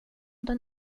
den